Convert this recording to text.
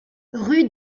rue